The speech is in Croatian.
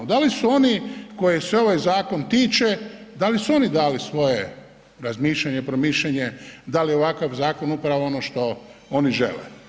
Da li su oni koje se ovaj zakon tiče, da li su oni dali svoje razmišljanje, promišljanje, da li je ovakav zakon upravo ono što oni žele.